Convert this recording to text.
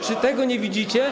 Czy tego nie widzicie?